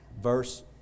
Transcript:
Verse